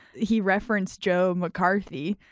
he referenced joe mccarthy,